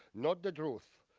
not the truth,